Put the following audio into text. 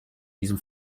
diesem